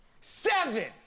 Seven